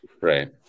right